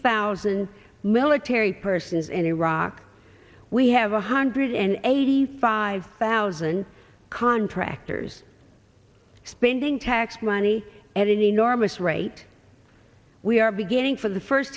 thousand military persons in iraq we have a hundred and eighty five thousand contractors spending tax money at an enormous rate we are beginning for the first